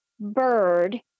Bird